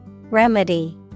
Remedy